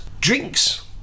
drinks